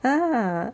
ah